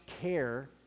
care